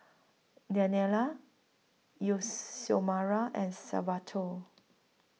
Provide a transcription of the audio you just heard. Danielle Youth Xiomara and Salvatore